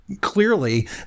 clearly